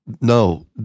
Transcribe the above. No